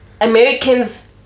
Americans